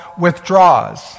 Withdraws